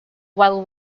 while